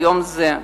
ביום זה,